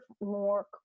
more